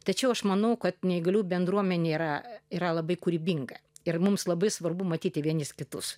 tačiau aš manau kad neįgaliųjų bendruomenė yra yra labai kūrybinga ir mums labai svarbu matyti vieni kitus